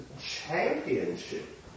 Championship